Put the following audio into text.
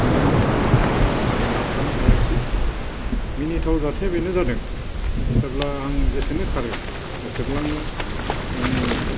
खिनाय आं लाथाबनो हायाखिसै मिनिथाव जाथाया बेनो जादों जेब्ला आं जेसेनो खारो एसेबांनो आंनि